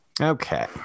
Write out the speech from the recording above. okay